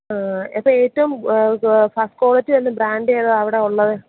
ആ അപ്പോൾ ഏറ്റവും ഫസ്റ്റ് ക്വാളിറ്റി ഉള്ള ബ്രാൻഡ് ഏതാണ് അവിടെ ഉള്ളത്